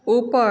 ऊपर